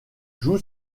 joue